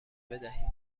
بدهید